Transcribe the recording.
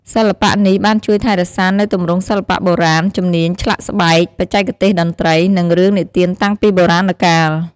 សិល្បៈនេះបានជួយថែរក្សានូវទម្រង់សិល្បៈបុរាណ ជំនាញឆ្លាក់ស្បែក បច្ចេកទេសតន្ត្រី និងរឿងនិទានតាំងពីបុរាណកាល។